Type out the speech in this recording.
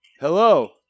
Hello